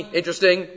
interesting